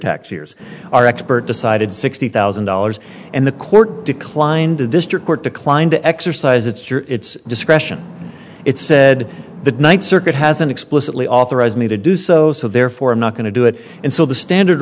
tax years our expert decided sixty thousand dollars and the court declined the district court declined to exercise its juror its discretion it said the ninth circuit hasn't explicitly authorized me to do so so therefore i'm not going to do it and so the standard